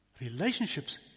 Relationships